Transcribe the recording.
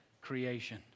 creation